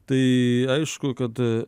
tai aišku kad